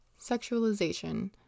Sexualization